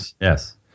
Yes